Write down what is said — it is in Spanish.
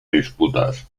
disputas